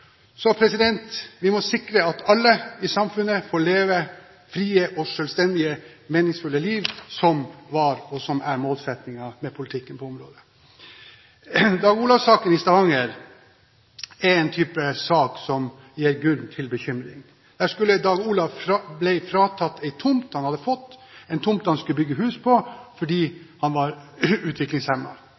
Så vi må sikre at alle i samfunnet får leve frie og selvstendige, meningsfulle liv som var og er målsettingen med politikken på området. Dag Olav-saken i Stavanger er en type sak som gir grunn til bekymring. Dag Olav ble fratatt en tomt han hadde fått – en tomt han skulle bygge hus på – fordi han var